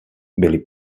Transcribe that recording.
byly